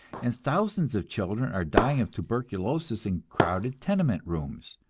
and thousands of children are dying of tuberculosis in crowded tenement rooms?